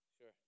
Sure